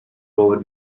over